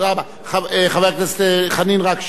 חבר הכנסת חנין, רק שנייה.